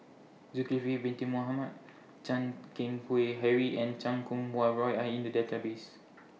Zulkifli Bin Mohamed Chan Keng Howe Harry and Chan Kum Wah Roy Are in The Database